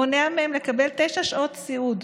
מונע מהם לקבל תשע שעות סיעוד,